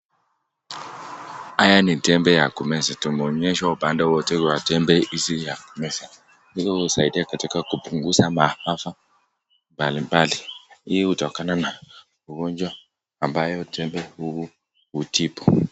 Haya ni tembe ya kumeza. Tumeonyeshwa upande wote wa tembe hizi ya kumezwa. Hii husaidia katika kupunguza maafa mbalimbali. Hii hutokana na ugonjwa ambayo tembe huu hutibu.